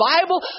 Bible